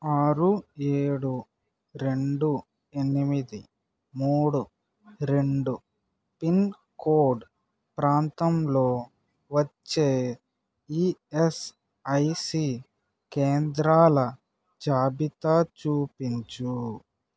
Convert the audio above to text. ఆరు ఏడు రెండు ఎనిమిది మూడు రెండు పిన్ కోడ్ ప్రాంతంలో వచ్చే ఈయస్ఐసి కేంద్రాల జాబితా చూపించు